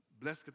bless